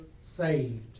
saved